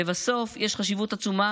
לבסוף, יש חשיבות עצומה